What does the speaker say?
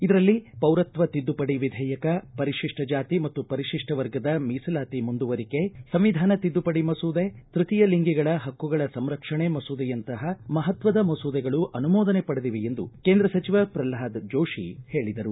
ಇದರಲ್ಲಿ ಪೌರತ್ವ ತಿದ್ದುಪಡಿ ವಿಧೇಯಕ ಪರಿಶಿಷ್ಟ ಜಾತಿ ಮತ್ತು ಪರಿಶಿಷ್ಟ ವರ್ಗದ ಮೀಸಲಾತಿ ಮುಂದುವರಿಕೆ ಸಂವಿಧಾನ ತಿದ್ದುಪಡಿ ಮಸೂದೆ ತೃತೀಯ ಲಿಂಗಿಗಳ ಪಕ್ಷುಗಳ ಸಂರಕ್ಷಣೆ ಮಸೂದೆಯಂತಹ ಮಹತ್ವದ ಮಸೂದೆಗಳು ಅನುಮೋದನೆ ಪಡೆದಿವೆ ಎಂದು ಕೇಂದ್ರ ಸಚಿವ ಪ್ರಲ್ವಾದ ಜೋಶಿ ಹೇಳಿದರು